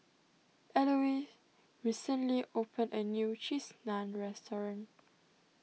Elouise recently opened a new Cheese Naan restaurant